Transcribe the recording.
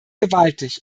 gewaltig